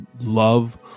love